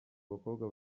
abakobwa